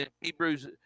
Hebrews